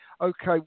okay